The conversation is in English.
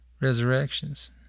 resurrections